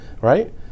right